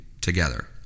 together